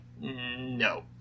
no